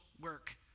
work